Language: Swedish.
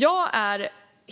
Jag är